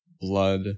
blood